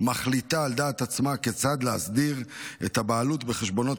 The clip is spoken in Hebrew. מחליטה על דעת עצמה כיצד להסדיר את הבעלות בחשבונות